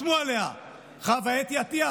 חתמו עליה חוה אתי עטייה,